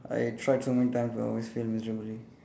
I tried so many times but I always fail miserably